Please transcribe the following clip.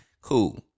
cool